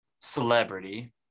celebrity